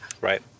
right